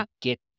get